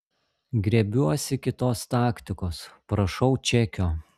griebiuosi kitos taktikos prašau čekio